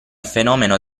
fenomeno